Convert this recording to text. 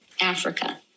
Africa